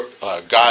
God